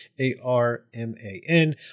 A-R-M-A-N